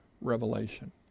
Revelation